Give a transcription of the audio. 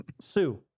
Sue